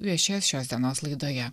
viešės šios dienos laidoje